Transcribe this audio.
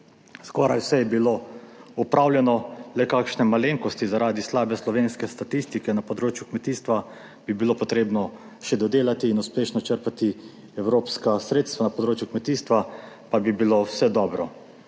Skoraj vse je bilo opravljeno. Le kakšne malenkosti zaradi slabe slovenske statistike na področju kmetijstva bi bilo potrebno še dodelati in uspešno črpati evropska sredstva, na področju kmetijstva pa bi bilo vse dobro.